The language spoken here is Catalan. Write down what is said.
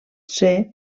ser